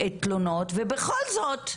תלונות, ובכל זאת,